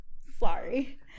Sorry